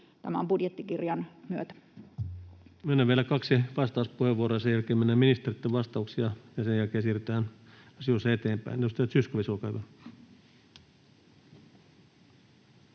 Content: Myönnän vielä kaksi vastauspuheenvuoroa, ja sen jälkeen mennään ministereitten vastauksiin, ja sen jälkeen siirrytään asioissa eteenpäin.